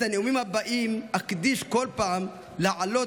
את הנאומים הבאים אקדיש כל פעם להעלות